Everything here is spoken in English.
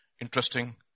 interesting